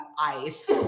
Ice